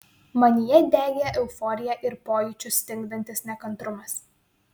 manyje degė euforija ir pojūčius stingdantis nekantrumas